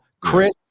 Chris